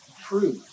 true